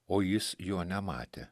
o jis jo nematė